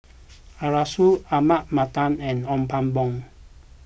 Arasu Ahmad Mattar and Ong Pang Boon